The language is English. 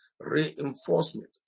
Reinforcement